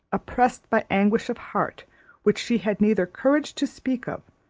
oppressed by anguish of heart which she had neither courage to speak of,